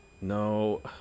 No